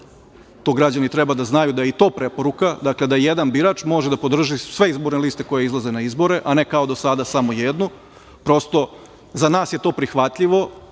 to građani treba da znaju da je i to preporuka, dakle, da jedan birač može da podrži sve izborne liste koje izlaze na izbore, a ne kao do sada samo jednu. Prosto, za nas je to prihvatljivo,